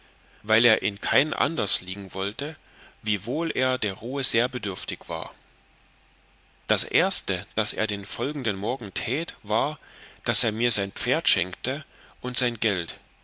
weil er in kein anders liegen wollte wiewohl er der ruhe sehr bedürftig war das erste das er den folgenden morgen tät war daß er mir sein pferd schenkte und sein geld